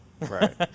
Right